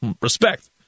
respect